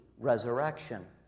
resurrection